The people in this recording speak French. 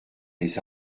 des